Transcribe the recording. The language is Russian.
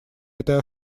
этой